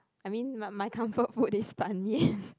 I mean my my comfort food is Ban-Mian